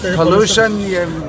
pollution